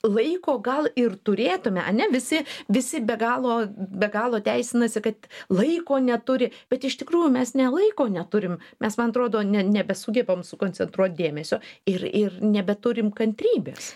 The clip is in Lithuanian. laiko gal ir turėtume ane visi visi be galo be galo teisinasi kad laiko neturi bet iš tikrųjų mes ne laiko neturim mes man atrodo ne nebesugebam sukoncentruot dėmesio ir ir nebeturim kantrybės